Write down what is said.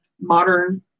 modern